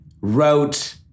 wrote